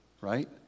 right